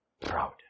proud